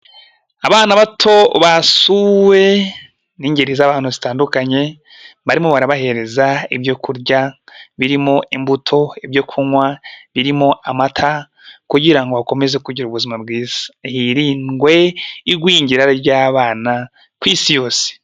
Abana bato basuwe n'ingeri z'abantu zitandukanye, barimo barabahereza ibyo kurya, birimo imbuto ibyo kunywa birimo amata, kugira ngo bakomeze kugira ubuzima bwiza. Hirindwe igwingira ry'abana ku isi yose.